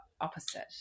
opposite